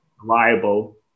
reliable